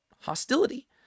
hostility